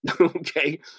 Okay